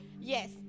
Yes